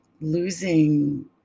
losing